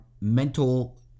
mental